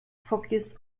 focused